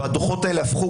והדוחות האלה הפכו,